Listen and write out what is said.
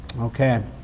Okay